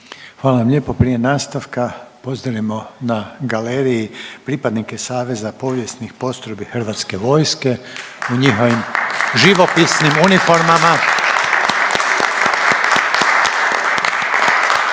Hvala vam lijepo. Prije nastavka, pozdravimo na galeriji pripadnike Saveza povijesnih postrojbi Hrvatske vojske u njihovim živopisnim uniformama.